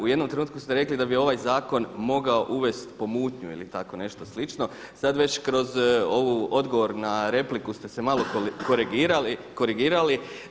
U jednom trenutku ste rekli da bi ovaj zakon mogao uvest pomutnju ili tako nešto slično, sad već kroz ovaj odgovor na repliku ste se malo korigirali.